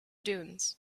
dunes